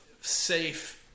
safe